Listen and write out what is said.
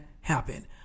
happen